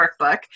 workbook